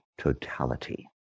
totality